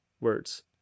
words